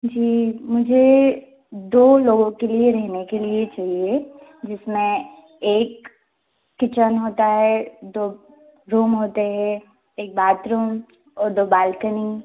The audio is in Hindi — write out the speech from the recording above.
जी मुझे दो लोगों के लिए रहने के लिए चाहिए जिस में एक किचन होता है दो रूम होते हैं एक बाथरूम और दो बालकनी